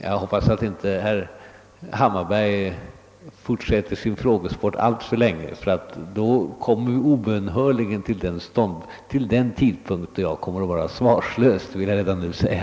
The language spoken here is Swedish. Jag hoppas att herr Hammarberg inte fortsätter sin frågesport alltför länge, ty då kommer vi obönhörligen till det stadium då jag är svarslös! Det vill jag redan nu säga.